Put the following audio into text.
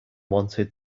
wanted